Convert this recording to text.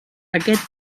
aquest